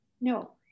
No